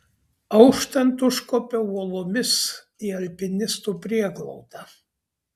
auštant užkopiau uolomis į alpinistų prieglaudą